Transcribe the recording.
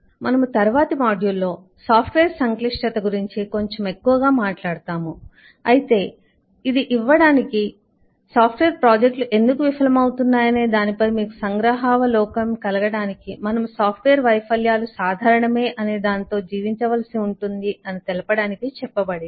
మనము తరువాతి మాడ్యూల్లో సాఫ్ట్వేర్ సంక్లిష్టత గురించి కొంచెం ఎక్కువగా మాట్లాడుతాము అయితే ఇది సాఫ్ట్వేర్ ప్రాజెక్టులు ఎందుకు విఫలమవుతున్నాయనే దానిపై మీకు సంగ్రహావలోకనం ఇవ్వడానికి మరియు మనము సాఫ్ట్ వేర్ వైఫల్యాలు సాధారణమే అని దానితో జీవించవలసి ఉంటుంది అని తెలపడానికి చెప్పబడింది